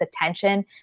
attention